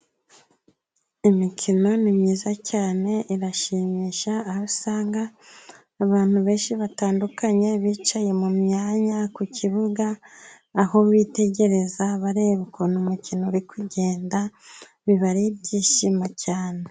Imikino ni myiza cyane irashimisha, aho usanga abantu benshi batandukanye bicaye mu myanya ku kibuga, aho bitegereza bareba ukuntu umukino uri kugenda, biba ari ibyishimo cyane.